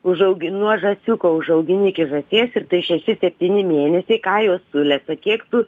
užaugin nuo žąsiuko užaugini iki žąsies ir tai šeši septyni mėnesiai ką jos sulesa kiek tu